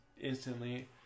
instantly